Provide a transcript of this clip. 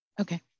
Okay